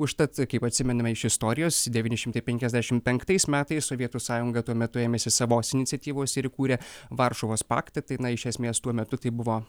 užtat kaip atsimename iš istorijos devyni šimtai penkiasdešim penktais metais sovietų sąjunga tuo metu ėmėsi savos iniciatyvos ir įkūrė varšuvos paktą tai na iš esmės tuo metu tai buvo